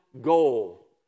goal